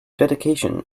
dedication